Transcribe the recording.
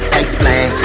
explain